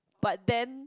but then